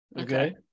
okay